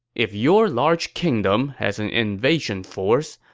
if your large kingdom has an invasion force,